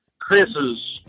Chris's